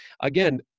again